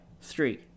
Three